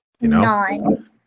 Nine